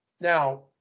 Now